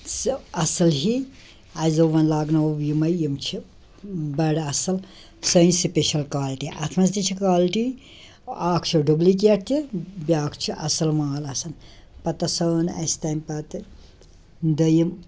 سٕہ اَصٕل ہی اَسہِ دوٚپ وَنہِ لاگناوو یِمَے یِم چھِ بڑٕ اَصٕل سٲنۍ سِپیشل کالٹی اتھ منٛز تہِ چھِ کالٹی اکھ چھِ ڈُبلِکیٹ تہِ بیٛاکھ چھِ اَصٕل مال آسان پتہٕ ہسا أن اَسہِ تَمہِ پتہٕ دٔیِم